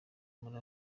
muri